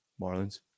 Marlins